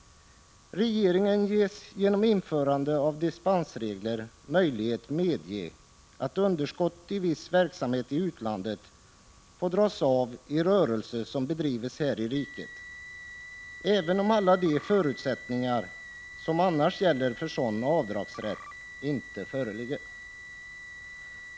Regeringen ges genom införande av dispensregler möjlighet att medge att underskott i viss verksamhet i utlandet får dras av i rörelse som bedrivs här i riket, även om alla de förutsättningar som annars gäller för sådan avdragsrätt inte föreligger.